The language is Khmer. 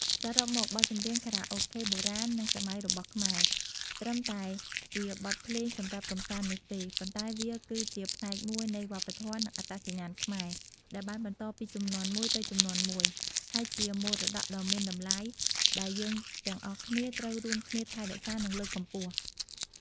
សរុបមក បទចម្រៀងខារ៉ាអូខេបុរាណនិងសម័យរបស់ខ្មែរ ត្រឹមតែជាបទភ្លេងសម្រាប់កម្សាន្តនោះទេ ប៉ុន្តែវាគឺជាផ្នែកមួយនៃវប្បធម៌និងអត្តសញ្ញាណខ្មែរ ដែលបានបន្តពីជំនាន់មួយទៅជំនាន់មួយ ហើយជាមរតកដ៏មានតម្លៃ ដែលយើងទាំងអស់គ្នាត្រូវរួមគ្នាថែរក្សា និងលើកកម្ពស់។។